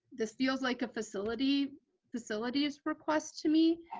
this feels like a facility's facility's request to me.